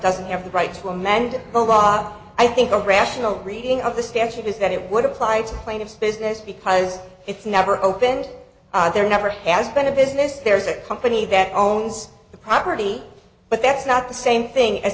doesn't have the right to amend the law i think a rational reading of the statute is that it would apply to plaintiff's business because it's never opened there never has been a business there's a company that owns the property but that's not the same thing a